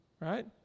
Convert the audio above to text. Right